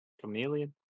Chameleon